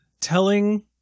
telling